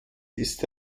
ist